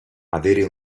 avere